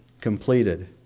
completed